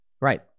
Right